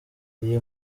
iyi